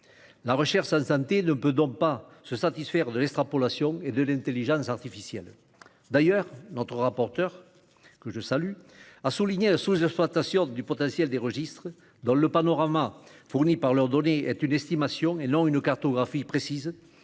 La recherche en santé ne peut donc pas se satisfaire de l'extrapolation et de l'intelligence artificielle. D'ailleurs, notre rapporteur, que je salue, a souligné la sous-exploitation du potentiel des registres : le panorama fourni par leurs données est une estimation, et non une cartographie précise,